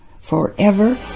forever